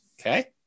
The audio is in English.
Okay